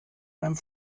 einem